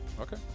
Okay